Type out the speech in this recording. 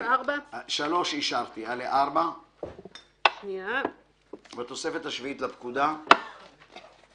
הצבעה בעד פה אחד תיקון סעיף 65ג(א) לפקודת התעבורה נתקבל.